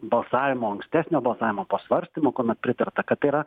balsavimo ankstesnio balsavimo po svarstymo kuomet pritarta kad yra